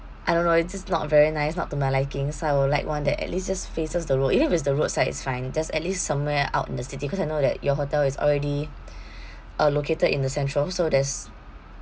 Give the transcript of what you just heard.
I don't know it's just not very nice not to my liking so I would like one that at least just faces the road even if it's the roadside it's fine just at least somewhere out in the city cause I know that your hotel is already uh located in the central so there's